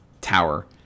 tower